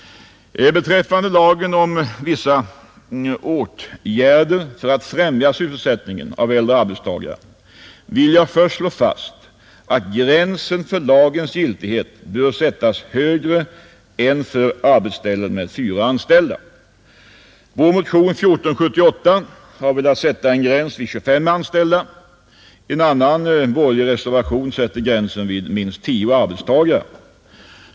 Beträffande lagen om vissa åtgärder för att främja sysselsättningen av äldre arbetstagare vill jag först slå fast, att gränsen för lagens giltighet bör sättas högre än för arbetsställen med fyra anställda. Vår motion nr 1478 har velat sätta en gräns vid 25 anställda. En annan borgerlig reservation sätter gränsen vid minst 10 arbetstagare.